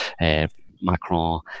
Macron